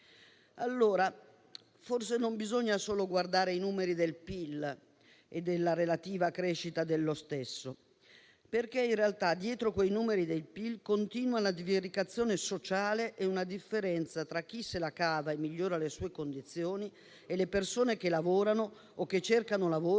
forse non bisogna solo guardare i numeri del PIL e della sua relativa crescita, perché in realtà dietro di essi continuano la divaricazione sociale e una differenza tra chi se la cava e migliora le sue condizioni e le persone che lavorano o che cercano lavoro,